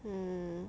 mm